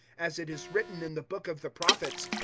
as it is written in the book of the prophets,